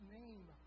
name